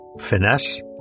Finesse